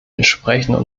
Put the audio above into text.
entsprechende